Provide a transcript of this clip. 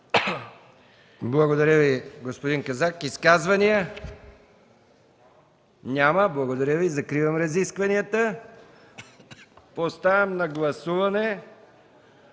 Благодаря Ви, господин Казак. Изказвания? Няма. Закривам разискванията. Поставям на гласуване